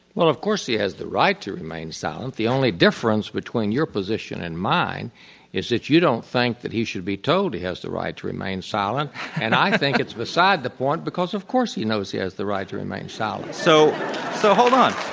well of course he has the right to remain silent. the only difference between your position and mine is that you don't think that he should be told he has the right to remain silent and i think it's beside the point because of course he knows he has the right to remain silent. so so um